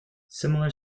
similar